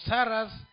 Sarah's